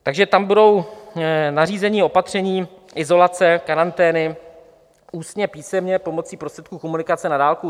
Takže tam budou nařízení, opatření, izolace, karantény, ústně, písemně pomocí prostředků komunikace na dálku.